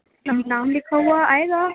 نام لکھا ہوا آئے گا